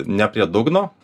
ne prie dugno